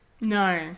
No